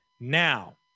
Now